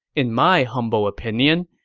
in my humble opinion,